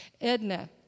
Edna